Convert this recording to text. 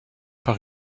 par